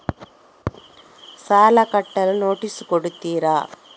ಸಾಲ ಕಟ್ಟಲು ನೋಟಿಸ್ ಕೊಡುತ್ತೀರ?